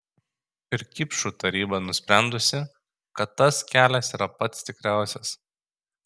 ir kipšų taryba nusprendusi kad tas kelias yra pats tikriausias